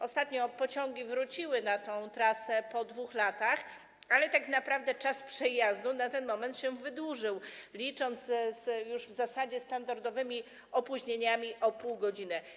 Ostatnio pociągi wróciły na tę trasę pod 2 latach, ale tak naprawdę czas przejazdu na ten moment się wydłużył, licząc z już w zasadzie standardowymi opóźnieniami o pół godziny.